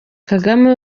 kagame